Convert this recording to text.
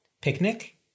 Picnic